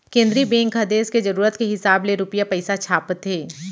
केंद्रीय बेंक ह देस के जरूरत के हिसाब ले रूपिया पइसा छापथे